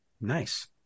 Nice